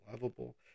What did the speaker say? lovable